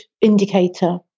indicator